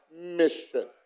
mission